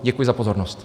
Děkuji za pozornost.